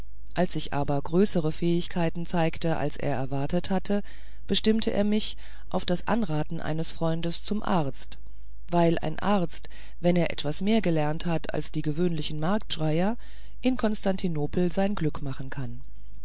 als ich aber größere fähigkeiten zeigte als er erwartet hatte bestimmte er mich auf das anraten seiner freunde zum arzt weil ein arzt wenn er etwas mehr gelernt hat als die gewöhnlichen marktschreier in konstantinopel sein glück machen kann